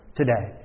today